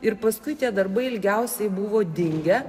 ir paskui tie darbai ilgiausiai buvo dingę